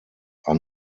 are